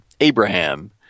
Abraham